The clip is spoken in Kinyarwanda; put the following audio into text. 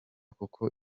kuko